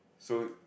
so